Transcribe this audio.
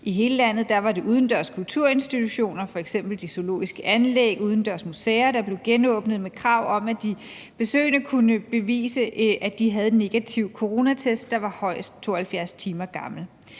I hele landet var det udendørs kulturinstitutioner, f.eks. de zoologiske anlæg og udendørs museer, der blev genåbnet med et krav om, at besøgene kunne bevise, at de havde en negativ coronatest, der var højst 72 timer gammel.